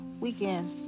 weekend